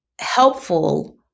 helpful